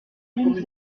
lune